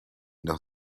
nach